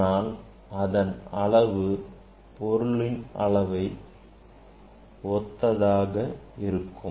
ஆனால் அதன் அளவு பொருளின் அளவை ஒத்ததாக இருக்கும்